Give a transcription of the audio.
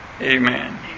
Amen